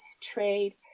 trade